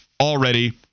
already